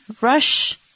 rush